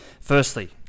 Firstly